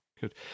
Good